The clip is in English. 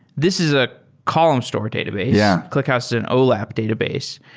this is a column store database. yeah clickhouse is an olap database.